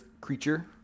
creature